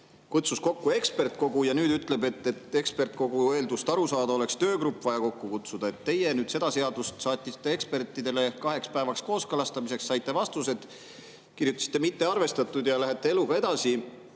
kutsus kokku ekspertkogu ja nüüd ütleb, et ekspertkogu öeldust arusaamiseks oleks töögrupp vaja kokku kutsuda. Teie saatsite selle seaduse ekspertidele kahe päeva jooksul kooskõlastamiseks, saite vastused, kirjutasite "mitte arvestatud" ja lähete eluga edasi.